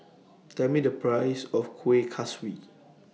Tell Me The priceS of Kuih Kaswi